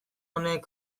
uneek